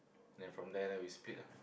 then from then we split